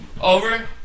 Over